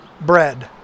bread